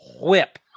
whip